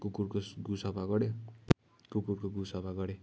कुकुरको गु सफा गऱ्यो कुकुरको गु सफा गरेँ